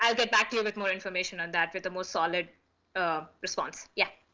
i'll get back to you with more information on that, with a more solid ah response. yeah.